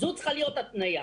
זו צריכה להיות התניה.